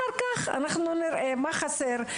אחר כך אנחנו נראה מה חסר,